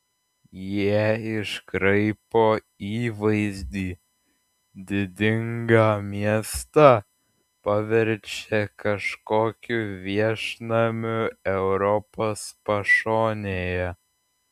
jie iškraipo įvaizdį didingą miestą paverčia kažkokiu viešnamiu europos pašonėje